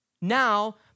Now